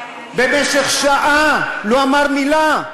במשך שעה לא אמר מילה.